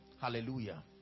Hallelujah